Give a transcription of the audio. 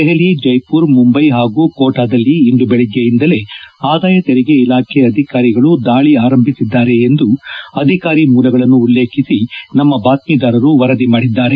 ದೆಹಲಿ ಜೈಪುರ್ ಮುಂಬೈ ಹಾಗೂ ಕೋಟಾದಲ್ಲಿ ಇಂದು ಬೆಳಿಗ್ಗೆಯಿಂದಲೇ ಆದಾಯ ತೆರಿಗೆ ಇಲಾಖೆ ಅಧಿಕಾರಿಗಳು ದಾಳಿ ಆರಂಭಿಸಿದ್ದಾರೆ ಎಂದು ಅಧಿಕಾರಿ ಮೂಲಗಳನ್ನು ಉಲ್ಲೇಖಿಸಿ ನಮ್ಮ ಬಾತ್ಮೀದಾರರು ವರದಿ ಮಾಡಿದ್ದಾರೆ